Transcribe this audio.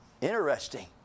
Interesting